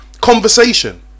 conversation